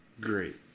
Great